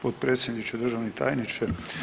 Potpredsjedniče, državni tajniče.